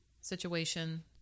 situation